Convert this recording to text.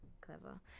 clever